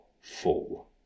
full